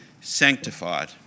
sanctified